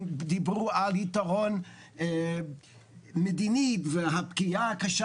הם דיברו על יתרון מדיני והפגיעה הקשה